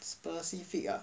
specific ah